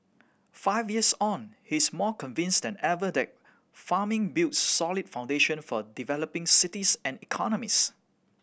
five years on he is more convinced than ever that farming builds solid foundation for developing cities and economies